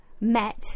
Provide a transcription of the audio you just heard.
met